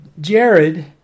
Jared